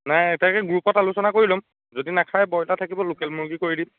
নাই তাকে গ্ৰুপত আলোচনা কৰি ল'ম যদি নাখায় ব্ৰয়লাৰ থাকিব লোকেল মুৰ্গী কৰি দিম